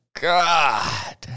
God